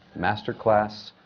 master class,